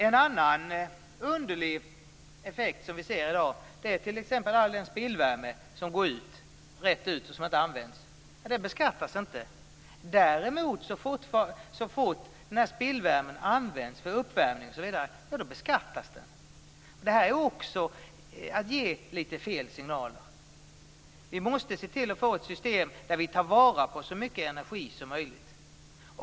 En annan underlig effekt är t.ex. all spillvärme som går rätt ut i luften och som inte används. Den beskattas inte. Men så fort spillvärmen används för uppvärmning beskattas den. Detta är också att ge litet fel signaler. Vi måste skapa ett system där vi tar vara på så mycket energi som möjligt.